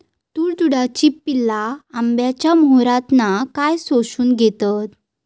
तुडतुड्याची पिल्ला आंब्याच्या मोहरातना काय शोशून घेतत?